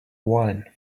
wine